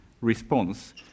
response